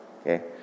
okay